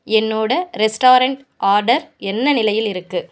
என்னோட restaurant order என்ன நிலையில் இருக்கு